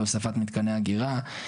להוספת מתקני אגירה.